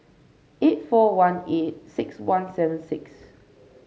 eight four one eight six one seven six